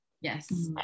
Yes